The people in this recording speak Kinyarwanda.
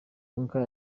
duncan